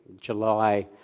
July